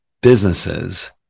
businesses